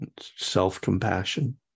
self-compassion